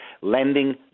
lending